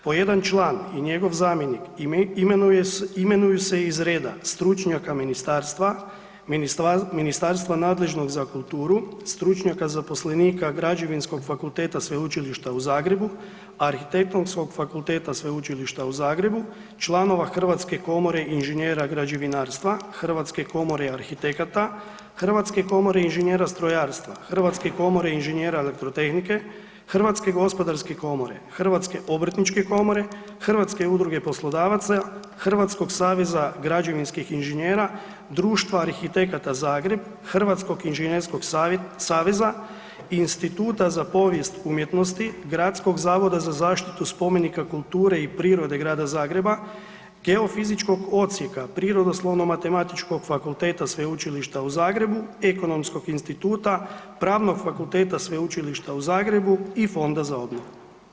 Po jedan član i njegov zamjenik imenuju se iz reda stručnjaka ministarstva, ministarstva nadležnog za kulturu, stručnjaka zaposlenika Građevinskog fakulteta Sveučilišta u Zagrebu, Arhitektonskog fakulteta Sveučilišta u Zagrebu, članova Hrvatske komore inženjera građevinarstva, Hrvatske komore arhitekata, Hrvatske komore inženjera strojarstva, Hrvatske komore inženjera elektrotehnike, HGK, obrtničke komore, Hrvatske udruge poslodavaca, Hrvatskog saveza građevinskih inženjera, Društva arhitekata Zagreb, Hrvatskog inženjerskog saveza i Instituta za povijest umjetnosti, Gradskog zavoda za zaštitu spomenika kulture i prirode Grada Zagreba, Geofizičkog odjeka Prirodoslovno-matematičkog fakulteta Sveučilišta u Zagrebu, Ekonomskog instituta, Pravnog fakulteta Sveučilišta u Zagrebu i Fonda za obnovu.